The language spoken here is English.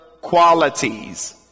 qualities